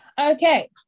Okay